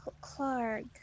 Clark